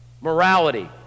Morality